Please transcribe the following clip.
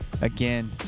Again